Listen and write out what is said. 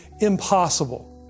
impossible